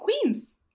Queens